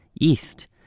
east